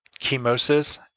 chemosis